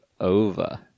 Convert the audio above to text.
over